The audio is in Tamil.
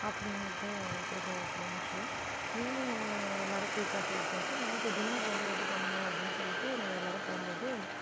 ஆஃடர்நூனுக்கு எடுத்து போயாச்சு லன்ச்சி ஈவினிங் எல்லாரும் டீ காஃபி குடிச்சாச்சி நைட்டு டின்னர் வந்து ரெடி பண்ணணும் அப்படினு சொல்லிவிட்டு நாங்கள் எல்லாரும் போகும்போது